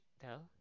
tell